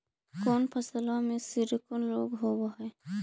कोन फ़सल में सिकुड़न रोग होब है?